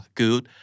good